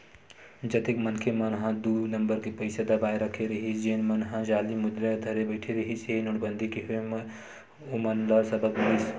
जतेक मनखे मन ह दू नंबर के पइसा दबाए रखे रहिस जेन मन ह जाली मुद्रा धरे बइठे रिहिस हे नोटबंदी के होय म ओमन ल सबक मिलिस